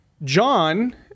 John